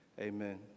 Amen